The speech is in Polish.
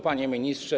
Panie Ministrze!